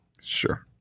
Sure